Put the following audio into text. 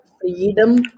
freedom